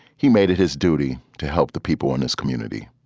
he made it his duty to help the people in his community,